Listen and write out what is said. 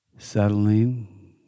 Settling